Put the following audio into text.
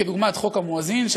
דוגמת חוק המואזין,